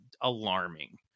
alarming